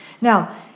Now